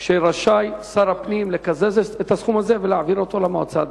בחקיקה ששר הפנים רשאי לקזז את הסכום הזה ולהעביר אותו למועצה הדתית.